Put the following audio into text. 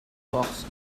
fox